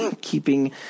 Keeping